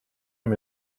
him